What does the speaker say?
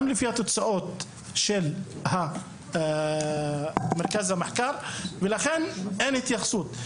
גם לפי תוצאות המחקר של מרכז המחקר ולכן אין התייחסות.